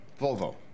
Volvo